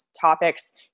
topics